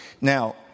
Now